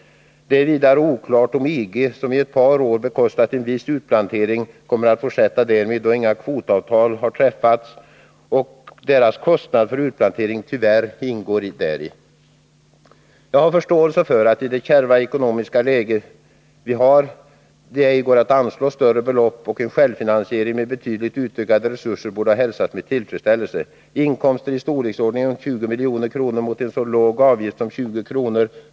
Det är vidare oklart om EG, som i ett par år bekostat en viss inplantering, kommer att fortsätta därmed, då inga kvotavtal har träffats och dess kostnad för utplantering tyvärr ingick. Jag har förståelse för att det i vårt kärva ekonomiska läge ej går att anslå större belopp, och en självfinansiering med betydligt utökade resurser borde ha hälsats med tillfredsställelse. Inkomster i storleksordningen 20 milj.kr. mot en så låg avgift som 20 kr.